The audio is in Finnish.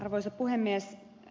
arvoisa puhemies